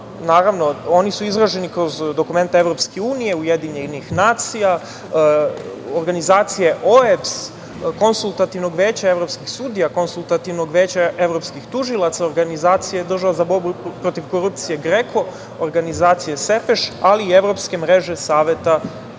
naravno, oni su izraženi kroz dokumenta EU, UN, organizacije OEBS-a, Konsultativnog veća evropskih sudija, Konsultativnog veća evropskih tužilaca, organizacije države za borbu protiv korupcije GREKO, organizacije SEPEŠ, ali i Evropske mreže saveta